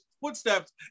footsteps